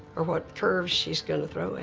or what curve she's going to